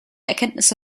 erkenntnisse